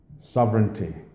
sovereignty